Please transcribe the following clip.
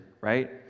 right